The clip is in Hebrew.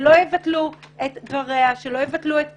שלא יבטלו את דבריה, שלא יבטלו את קיומה.